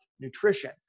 nutrition